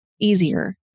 easier